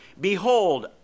Behold